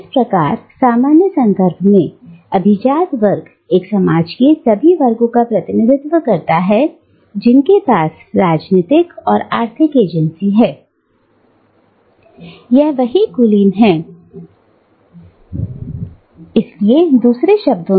इस प्रकार सामान्य संदर्भ में अभिजात वर्ग एक समाज के सभी वर्गों का प्रतिनिधित्व करता हैजिनके पास राजनीतिक और आर्थिक एजेंसी है अधिकार है राजनीतिक और आर्थिक क्षेत्र के भीतर अपने स्वार्थों और इच्छाओं को पूरा करने की शक्ति है